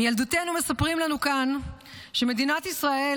"מילדותנו מספרים לנו כאן שמדינות ישראל